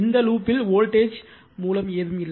இந்த லூப்பில் வோல்டேஜ் மூலமில்லை